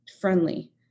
friendly